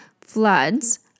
floods